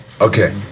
Okay